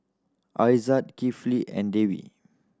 Aizat Kifli and Dwi